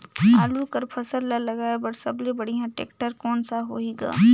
आलू कर फसल ल लगाय बर सबले बढ़िया टेक्टर कोन सा होही ग?